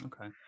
okay